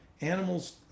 Animals